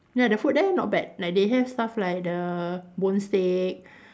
ya the food there not bad like they have stuff like the bone steak